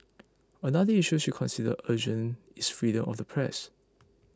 another issue she considers urgent is freedom of the press